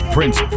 Prince